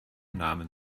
namen